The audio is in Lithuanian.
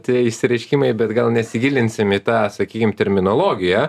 tie išsireiškimai bet gal nesigilinsim į tą sakykim terminologiją